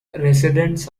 residents